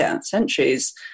centuries